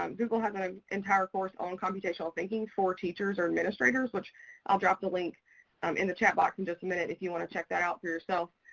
um google has an kind of entire course on computational thinking for teachers or administrators, which i'll drop the link um in the chat box in just a minute if you want to check that out for yourself,